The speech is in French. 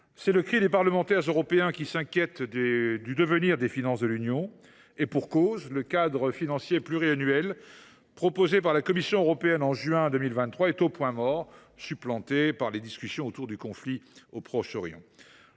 est le cri des parlementaires européens, qui s’inquiètent de l’avenir des finances de l’Union, et pour cause : le cadre financier pluriannuel proposé par la Commission européenne en juin 2023 est au point mort, supplanté par les discussions autour du conflit au Proche Orient.